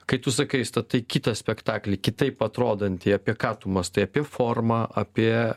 kai tu sakai statai kitą spektaklį kitaip atrodantį apie ką tu mąstai apie formą apie